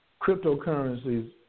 cryptocurrencies